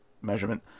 measurement